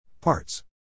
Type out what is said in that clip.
Parts